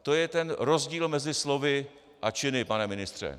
To je ten rozdíl mezi slovy a činy, pane ministře.